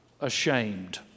ashamed